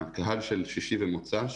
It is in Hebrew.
הקהל של שישי ומוצ"ש